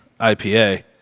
IPA